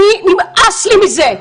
נמאס לי מזה.